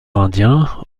indien